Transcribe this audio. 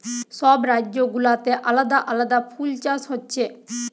সব রাজ্য গুলাতে আলাদা আলাদা ফুল চাষ হচ্ছে